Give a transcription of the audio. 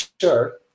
sure